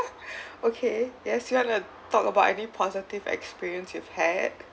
okay yes you want to talk about any positive experience you've had